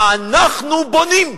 אנחנו בונים.